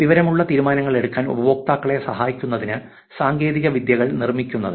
വിവരമുള്ള തീരുമാനങ്ങൾ എടുക്കാൻ ഉപയോക്താക്കളെ സഹായിക്കുന്നതിനാണ് സാങ്കേതികവിദ്യകൾ നിർമ്മിക്കുന്നത്